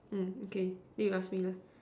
mm okay then you ask me lah